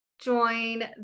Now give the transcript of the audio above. join